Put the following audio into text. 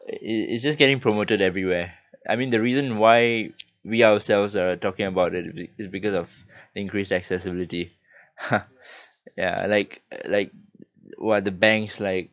it it's just getting promoted everywhere I mean the reason why we ourselves are talking about it it's because of increased accessibility ya like like !wah! the banks like